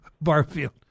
Barfield